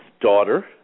daughter